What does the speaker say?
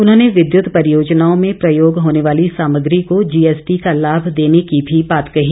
उन्होंने विद्युत परियोजनाओं में प्रयोग होने वाली सामग्री को जीएसटी का लाभ देने की भी बात कही